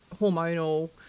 hormonal